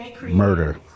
murder